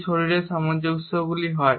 এই শরীরের সামঞ্জস্যগুলি হয়